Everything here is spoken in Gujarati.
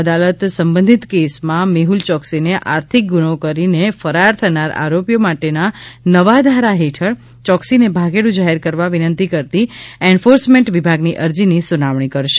અદાલત સંબંધિત કેસમાં મેહુલ ચોક્સીને આર્થિક ગુનો કરીને ફરાર થનાર આરોપીઓ માટેના નવા ધારા હેઠળ ચોક્સીને ભાગેડુ જાહેર કરવા વિનંતી કરતી એન્ફોર્સમેન્ટ વિભાગની અરજીની સુનાવણી કરશે